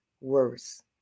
worse